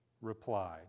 replied